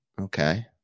okay